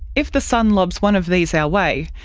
if the sun lobs one of these our way,